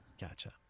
gotcha